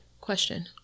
Question